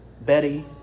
Betty